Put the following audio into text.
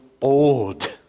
old